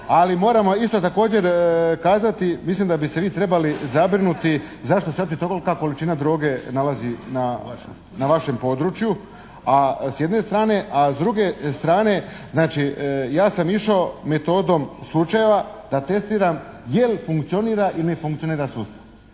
Ali moramo isto također kazati, mislim da vi se trebali zabrinuti zašto se uopće tolika količina droge nalazi na vašem području, s jedne strane. S druge strane znači ja sam išao metodom sluačajeva da testiram je li funkcionira ili ne funkcionira sustav?